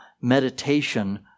meditation